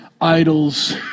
idols